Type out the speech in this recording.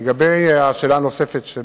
לגבי השאלה הנוספת של